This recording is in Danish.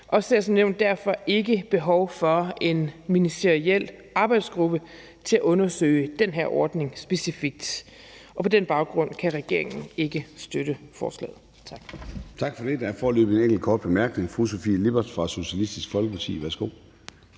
at der er behov for en ministeriel arbejdsgruppe til at undersøge den her ordning specifikt, og på den baggrund kan regeringen ikke støtte forslaget. Tak. Kl. 19:15 Formanden (Søren Gade): Tak for det. Der er foreløbig en enkelt kort bemærkning. Fru Sofie Lippert fra Socialistisk Folkeparti. Værsgo.